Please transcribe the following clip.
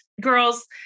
Girls